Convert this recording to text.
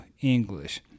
English